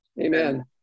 amen